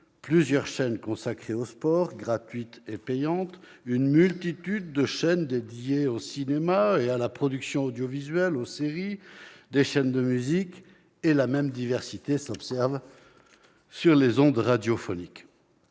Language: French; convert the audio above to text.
plusieurs chaînes consacrées au sport- gratuites et payantes -, une multitude de chaînes dédiées au cinéma et à la production audiovisuelle, aux séries, des chaînes de musique, et la même diversité s'observe sur les ondes radiophoniques.